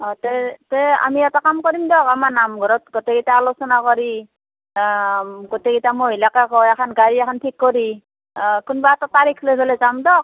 অ তে তে আমি এটা কাম কৰিম দিয়ক আমাৰ নামঘৰত গোটেইকেইটাই আলোচনা কৰি গোটেইকেইটা মহিলাকে কৈ এখন গাড়ী এখন ঠিক কৰি কোনোবা এটা তাৰিখ লৈ পেলাই যাম দিয়ক